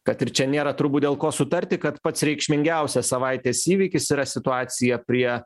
kad ir čia nėra turbūt dėl ko sutarti kad pats reikšmingiausias savaitės įvykis yra situacija prie